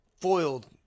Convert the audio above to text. foiled